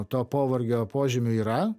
to povargio požymiai yra